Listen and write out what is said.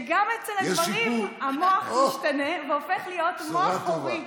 שגם אצל הגברים המוח משתנה והופך להיות מוח הורי.